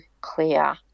clear